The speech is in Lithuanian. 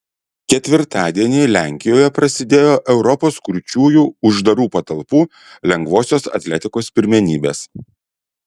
ketvirtadienį lenkijoje prasidėjo europos kurčiųjų uždarų patalpų lengvosios atletikos pirmenybės